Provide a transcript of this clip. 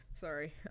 Sorry